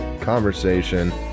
conversation